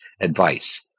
advice